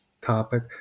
topic